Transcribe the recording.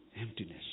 emptiness